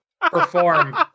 perform